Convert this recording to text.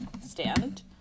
stand